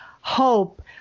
hope